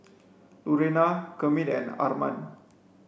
Lurena Kermit and Armand